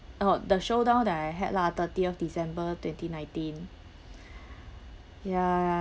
oh the showdown that I had lah thirtieth december twenty nineteen ya